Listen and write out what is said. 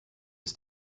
ist